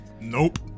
Nope